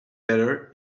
better